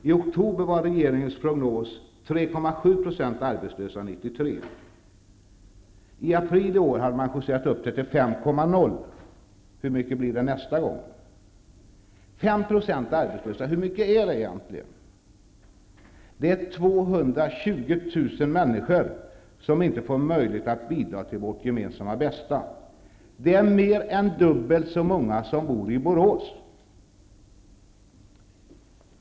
I 1993. I april i år hade man justerat prognosen till 5,0 %. Hur mycket blir det nästa gång? Hur mycket är egentligen 5 % arbetslösa? Det är 220 000 människor som inte får möjlighet att bidra till vårt gemensamma bästa. Det är mer än dubbelt så många som bor i Borås.